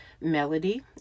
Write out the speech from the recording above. Melody